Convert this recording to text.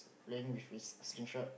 playing with his sling shot